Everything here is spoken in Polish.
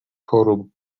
chorób